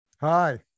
hi